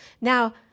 Now